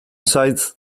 sized